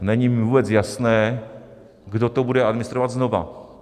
Není mi vůbec jasné, kdo to bude administrovat znova.